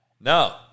no